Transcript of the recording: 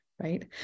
right